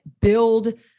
build